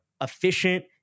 efficient